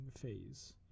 phase